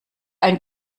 ein